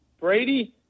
Brady